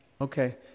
Okay